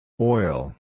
Oil